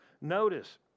Notice